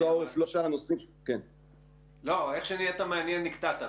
העורף --- איך שנהיית מעניין נקטעת.